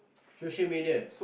social media